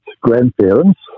grandparents